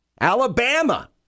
Alabama